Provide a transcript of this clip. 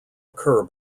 occur